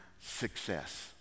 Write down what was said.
success